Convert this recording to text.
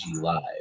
Live